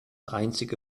einzige